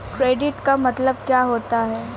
Credit का मतलब क्या होता है?